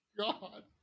God